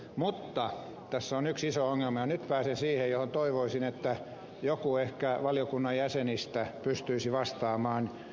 mutta tässä on yksi iso ongelma ja nyt pääsen siihen kohtaan johon toivoisin että ehkä joku valiokunnan jäsenistä pystyisi vastaamaan